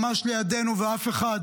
ממש לידינו, ואף אחד